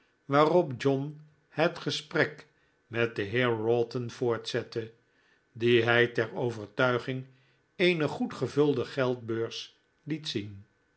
waarop john het gesprek met den heer wroughton voortzette dien hij ter overtuiging eene goed gevulde geldbeurs het zien